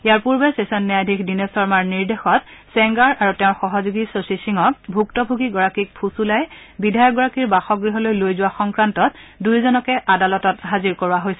ইয়াৰ পূৰ্বে ছেচন ন্যায়াধীশ দীনেশ শৰ্মাৰ নিৰ্দেশত ছেংগাৰ আৰু তেওঁৰ সহযোগী শশী সিঙক ভূক্তভোগীগৰাকীক ফুচুলাই বিধায়কগৰাকীৰ বাসগৃহলৈ লৈ যোৱা সংক্ৰান্তত দুয়োজনকে আদালতত হাজিৰ কৰোৱা হৈছিল